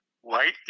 white